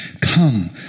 come